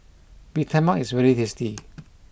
Bee Tai Mak is very tasty